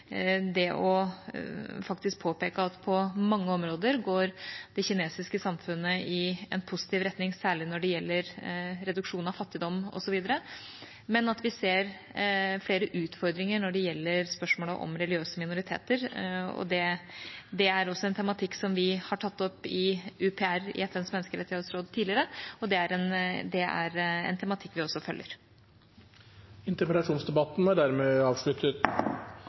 det å faktisk påpeke at på mange områder går det kinesiske samfunnet i positiv retning, særlig når det gjelder reduksjon av fattigdom osv., men at vi ser flere utfordringer når det gjelder spørsmålet om religiøse minoriteter. Det er også en tematikk som vi har tatt opp i UPR i FNs menneskerettighetsråd tidligere, og det er en tematikk vi også følger. Debatten i sak nr. 4 er dermed avsluttet.